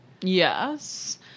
Yes